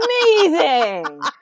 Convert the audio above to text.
Amazing